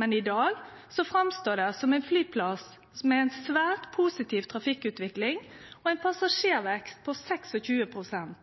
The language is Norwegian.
Men i dag framstår Stord lufthamn som ein flyplass med ei svært positiv trafikkutvikling og ein